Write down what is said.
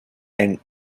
and